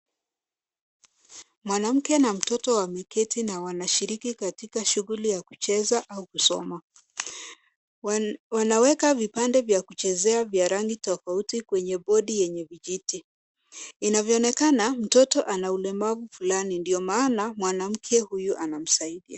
Mwanamke na mtoto wameketi na wanashiriki katika shughuli ya kucheza au kusoma. Wanaweka vipande vya kuchezea vya rangi tofauti kwenye bodi yenye vijiti. Inavyoonekana mtoto ana ulemavu fulani ndio maana mwanamke huyu anamsaidia.